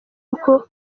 uko